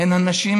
הן הנשים,